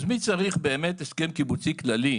אז מי צריך באמת הסכם קיבוצי כללי,